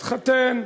מתחתן,